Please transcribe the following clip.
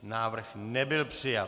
Návrh nebyl přijat.